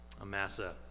Amasa